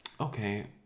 okay